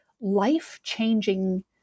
life-changing